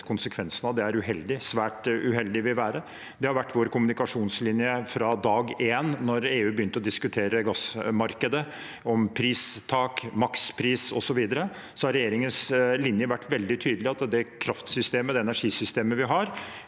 konsekvensen av, vil være svært uheldig. Det har vært vår kommunikasjonslinje fra dag én. Siden EU begynte å diskutere gassmarkedet, pristak, makspris osv., har regjeringens linje vært veldig tydelig: Det kraftsystemet, det energisystemet vi har,